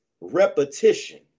repetition